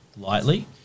lightly